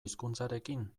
hizkuntzarekin